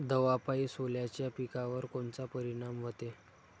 दवापायी सोल्याच्या पिकावर कोनचा परिनाम व्हते?